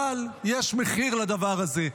אבל יש מחיר לדבר הזה.